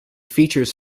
features